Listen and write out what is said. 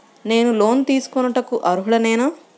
నేను లోన్ తీసుకొనుటకు అర్హుడనేన?